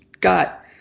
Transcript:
got